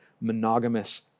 monogamous